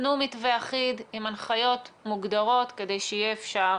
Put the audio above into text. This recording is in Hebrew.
תנו מתווה אחיד עם הנחיות מוגדרות כדי שיהיה אפשר